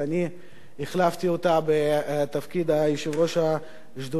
אני החלפתי אותה בתפקיד יושב-ראש השדולה